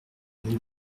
vous